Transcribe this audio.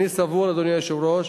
אדוני היושב-ראש,